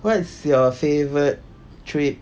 what's your favourite trip